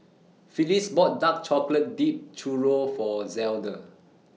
Phillis bought Dark Chocolate Dipped Churro For Zelda